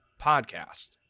podcast